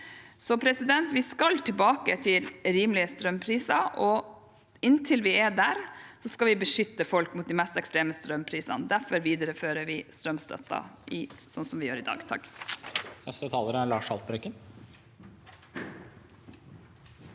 i 2022. Vi skal tilbake til rimelige strømpriser. Inntil vi er der, skal vi beskytte folk mot de mest ekstreme strømprisene. Derfor viderefører vi strømstøtten sånn vi gjør i dag. Lars